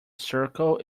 circle